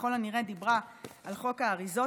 ככל הנראה דיברה על חוק האריזות,